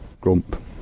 Grump